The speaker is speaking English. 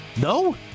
No